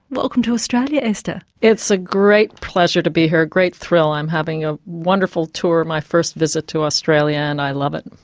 welcome to australia, esther. it's a great pleasure to be here, a great thrill, i'm having a wonderful tour on my first visit to australia and i love it.